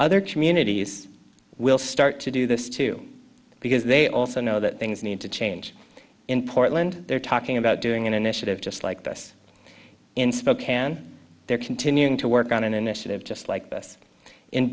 other communities will start to do this too because they also know that things need to change in portland they're talking about doing an initiative just like this in spokane they're continuing to work on an initiative just like this in